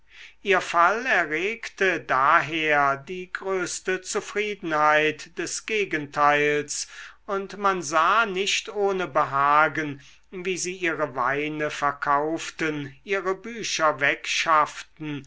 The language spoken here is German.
ihr fall erregte daher die größte zufriedenheit des gegenteils und man sah nicht ohne behagen wie sie ihre weine verkauften ihre bücher wegschafften